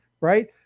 Right